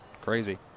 Crazy